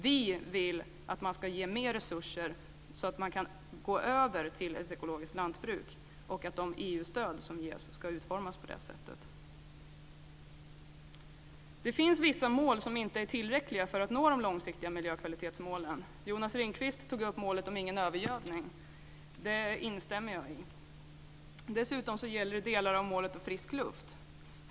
Vi vill att det ska ges mer resurser så att man kan gå över till ett ekologiskt lantbruk och att de EU-stöd som ges ska utformas på det sättet. Det finns vissa mål som inte är tillräckliga för att nå de långsiktiga miljökvalitetsmålen. Jonas Ringqvist tog upp målet om ingen övergödning, och det instämmer jag i. Dessutom gäller det delar av målet om frisk luft.